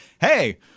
hey